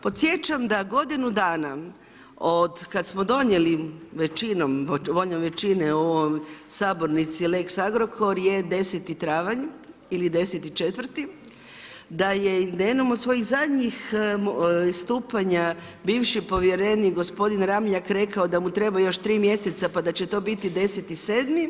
Podsjećam da godinu dana od kad smo donijeli većinom, voljom većine u ovoj sabornici lex Agrokor je 10. travanj ili 10.4., da je na jednom od svojih zadnjih istupanja bivši povjerenik gospodin Ramljak rekao da mu treba još 3 mjeseca pa da će to biti 10.7.